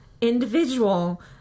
individual